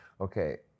Okay